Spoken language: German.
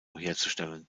herzustellen